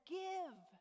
give